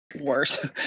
worse